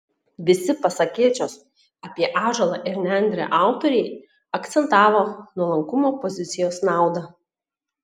visi pasakėčios apie ąžuolą ir nendrę autoriai akcentavo nuolankumo pozicijos naudą